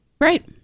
Right